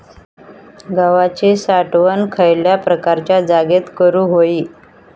गव्हाची साठवण खयल्या प्रकारच्या जागेत करू होई?